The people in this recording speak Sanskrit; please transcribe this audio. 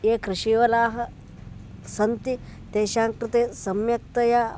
ये कृषिवलाः सन्ति तेषां कृते सम्यक्तया